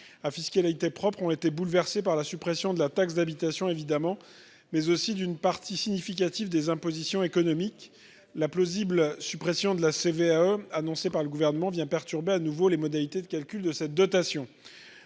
à fiscalité propre ont été bouleversés par la suppression de la taxe d'habitation, évidemment, mais aussi d'une partie significative des impositions économique la plausible : suppression de la CVAE annoncé par le gouvernement vient perturber à nouveau les modalités de calcul de cette dotation